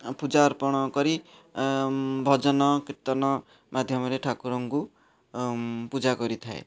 ପୂଜା ଅର୍ପଣ କରି ଭଜନ କୀର୍ତ୍ତନ ମାଧ୍ୟମରେ ଠାକୁରଙ୍କୁ ପୂଜା କରିଥାଏ